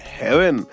heaven